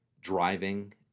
driving